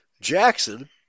Jackson